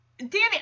Danny